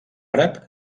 àrab